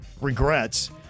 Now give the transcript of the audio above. regrets